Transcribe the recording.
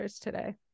today